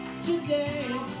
today